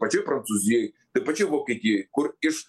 pačioj prancūzijoj toj pačioj vokietijoj kur iš